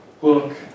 book